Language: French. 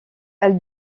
elle